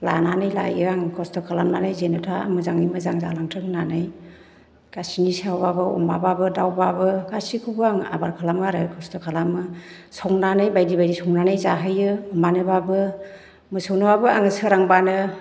लानानै लायो आङो खस्थ' खालामनानै जेन'था मोजाङै मोजां जालाथों होन्नानै गासिनि सायावबाबो अमाबाबो दाउबाबो गासिखौबो आं आबार खालामो आरो खस्थ' खालामो संनानै बायदि बायदि संनानै जाहोयो अमानोबाबो मोसौनोबाबो आं सोरांबानो